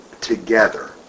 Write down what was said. together